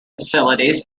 facilities